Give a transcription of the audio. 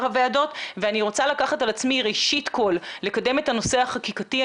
הוועדות ואני רוצה לקחת על עצמי ראשית כל לקדם את הנושא החקיקתי,